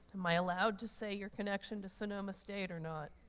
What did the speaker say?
am i allowed to say your connection to sonoma state or not?